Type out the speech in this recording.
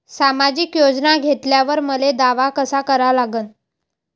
सामाजिक योजना घेतल्यावर मले दावा कसा करा लागन?